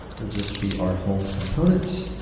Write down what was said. will just be our home component.